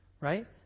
right